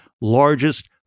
largest